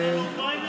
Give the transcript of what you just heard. יש לנו פריימריז,